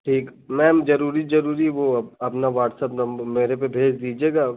ठीक मैम ज़रूरी ज़रूरी वह अपना वाटसप नम मेरे पर भजे भेज दीजिएग